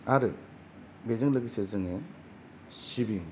आरो बेजों लोगोसे जोङो सिबिं